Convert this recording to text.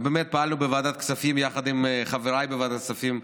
ובאמת פעלנו בוועדת הכספים יחד עם חבריי בוועדת הכספים,